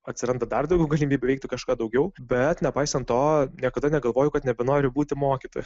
atsiranda dar daugiau galimybių veikti kažką daugiau bet nepaisant to niekada negalvoju kad nebenori būti mokytoju